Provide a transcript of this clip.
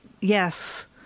Yes